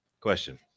question